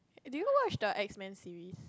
do you watch the X Men series